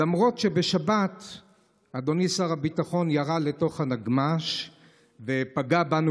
למרות שבשבת אדוני שר הביטחון ירה לתוך הנגמ"ש ופגע בנו,